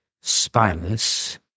spineless